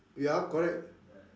ya correct